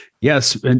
Yes